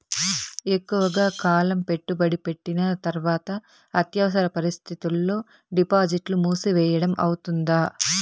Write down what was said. ఎక్కువగా కాలం పెట్టుబడి పెట్టిన తర్వాత అత్యవసర పరిస్థితుల్లో డిపాజిట్లు మూసివేయడం అవుతుందా?